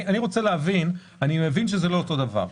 אני מבין שזה לא אותו דבר.